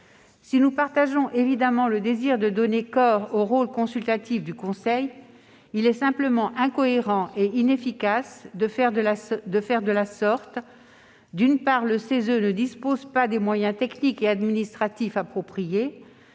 Si nous partageons évidemment le désir de donner corps au rôle consultatif du Conseil, il est simplement incohérent et inefficace de le faire de la sorte : d'une part, le CESE ne dispose pas des moyens techniques et administratifs appropriés